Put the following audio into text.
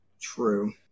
True